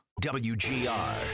WGR